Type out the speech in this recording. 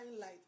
light